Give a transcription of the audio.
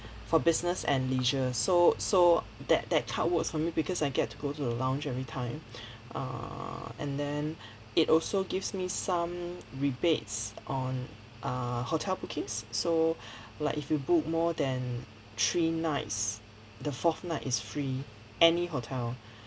for business and leisure so so that that card works for me because I get to go to the lounge every time err and then it also gives me some rebates on err hotel bookings so like if you book more than three nights the fourth night is free any hotel